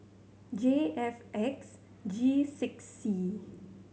J F X G six C